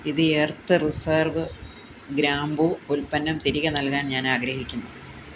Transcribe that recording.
the earth reserve ഗ്രാമ്പൂ ഉൽപ്പന്നം തിരികെ നൽകാൻ ഞാൻ ആഗ്രഹിക്കുന്നു